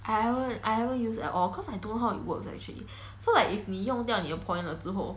I haven't I haven't use at all cause I don't know how it works actually so like if 你用掉你的 points 了之后